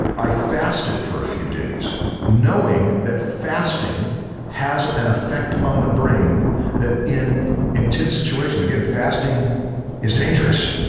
i fasted for a few days knowing that fasting has an effect on the brain that in intense situations, again, fasting is dangerous.